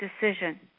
decision